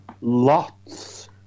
Lots